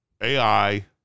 AI